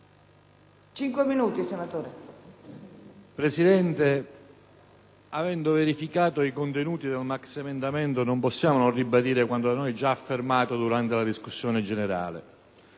Presidente, avendo verificato i contenuti del maxiemendamento, non possiamo non ribadire quanto da noi già affermato durante la discussione.